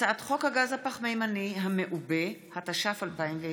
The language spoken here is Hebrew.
הצעת חוק הגז הפחמימני המעובה, התש"ף 2020,